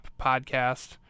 podcast